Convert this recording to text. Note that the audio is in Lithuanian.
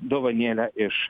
dovanėlę iš